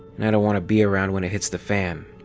and i don't want to be around when it hits the fan.